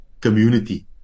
community